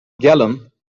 gallen